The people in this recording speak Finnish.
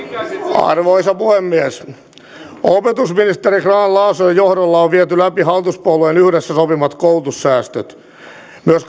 arvoisa puhemies opetusministeri grahn laasosen johdolla on viety läpi hallituspuolueiden yhdessä sopimat koulutussäästöt myös